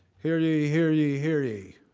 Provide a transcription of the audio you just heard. here ye, here ye, here ye,